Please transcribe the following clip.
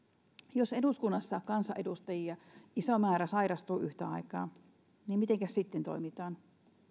jos eduskunnassa kansanedustajia iso määrä sairastuu yhtä aikaa mitenkäs sitten toimitaan